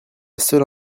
seule